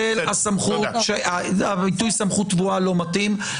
הסמכות הביטוי סמכות טבועה לא מתאים,